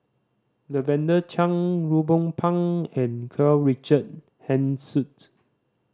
Lavender Chang Ruben Pang and Karl Richard Hanitsch